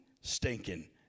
stinking